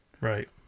Right